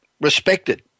respected